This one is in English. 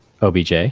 OBJ